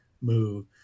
move